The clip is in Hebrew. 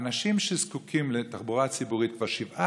האנשים שזקוקים לתחבורה הציבורית כבר שבעה